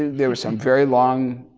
there was some very long,